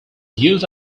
used